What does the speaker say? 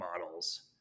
models